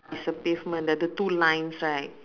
it's a pavement the the two lines right